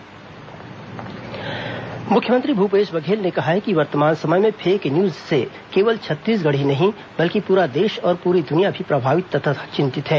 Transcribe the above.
मुख्यमंत्री कार्यशाला मुख्यमंत्री भूपेश बघेल ने कहा कि वर्तमान समय में फेक न्यूज से केवल छत्तीसगढ़ ही नहीं है बल्कि पूरा देश और पूरी दुनिया भी प्रभावित तथा चिंतित है